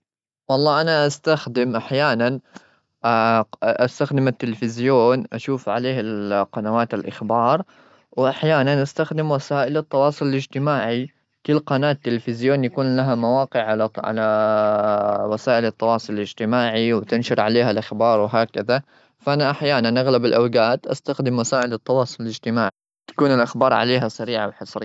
والله، أنا أستخدم أحيانا استخدم التلفزيون. أشوف عليه القنوات الأخبار. وأحيانا أستخدم وسائل التواصل الاجتماعي، كل قناة التلفزيون يكون لها مواقع على-على وسائل التواصل الاجتماعي وتنشر عليها الأخبار وهكذا. فأنا أحيانا، أغلب الأوجات، استخدم وسائل التواصل الاجتماعي. تكون الأخبار عليها سريعة وحصرية.